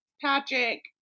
Patrick